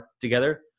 together